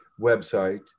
website